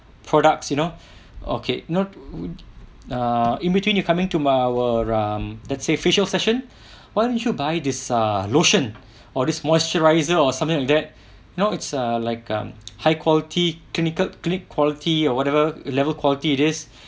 products you know okay you know err in between you coming to my our um that's facial session one you should buy this ah lotion or this moisturiser or something like that you know it's err like um high quality clinical clinic quality or whatever level quality it is